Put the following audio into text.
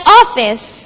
office